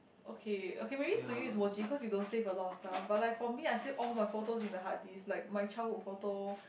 okay okay maybe to you is cause you don't save a lot of stuff but like for me I save all my photos in a hard disk like my childhood photo